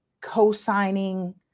Co-signing